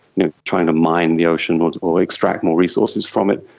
you know trying to mine the ocean or or extract more resources from it.